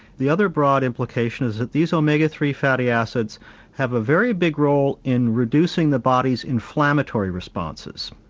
the other broad implication is that these omega three fatty acids have a very big role in reducing the body's inflammatory responses.